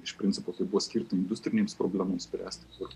iš principo tai buvo skirta industrinėms problemoms spręsti kur